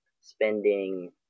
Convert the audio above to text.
spending